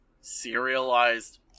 serialized